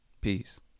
Peace